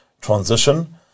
transition